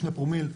2 פרומיל,